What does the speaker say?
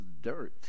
dirt